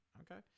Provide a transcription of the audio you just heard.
okay